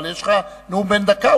אבל יש לך נאום בן דקה.